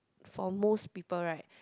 for most people right